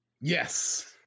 Yes